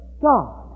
God